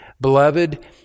beloved